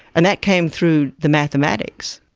and that came through the mathematics.